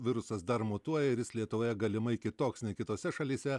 virusas dar mutuoja ir jis lietuvoje galimai kitoks nei kitose šalyse